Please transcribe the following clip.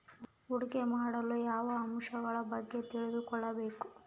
ಹೂಡಿಕೆ ಮಾಡಲು ಯಾವ ಅಂಶಗಳ ಬಗ್ಗೆ ತಿಳ್ಕೊಬೇಕು?